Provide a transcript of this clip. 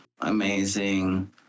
amazing